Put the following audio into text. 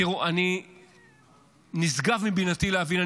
תראו, נשגב מבינתי להבין.